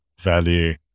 value